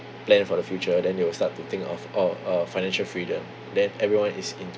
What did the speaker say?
plan for the future then they will start to think of orh uh financial freedom then everyone is into